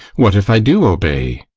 what if i do obey?